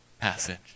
passage